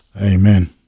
Amen